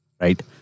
right